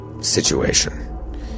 situation